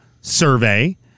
survey